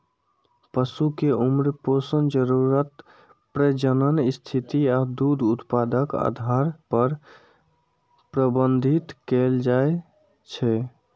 पशु कें उम्र, पोषण जरूरत, प्रजनन स्थिति आ दूध उत्पादनक आधार पर प्रबंधित कैल जाइ छै